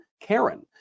Karen